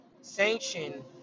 Sanction